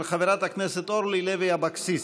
של חברת הכנסת אורלי לוי אבקסיס.